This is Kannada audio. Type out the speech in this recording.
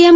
ಎಂ